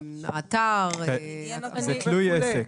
זה תלוי עסק.